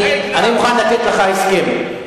אני מוכן לתת לך הסכם: